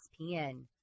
ESPN